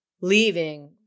leaving